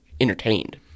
entertained